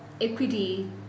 equity